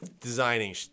designing